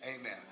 Amen